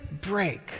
break